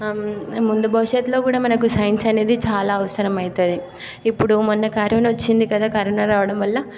ముందు భవిష్యత్తులో కూడా మనకు సైన్స్ అనేది చాలా అవసరం అవుతుంది ఇప్పుడు మొన్న కరోనా వచ్చింది కదా కరోనా రావడం వల్ల